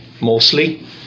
mostly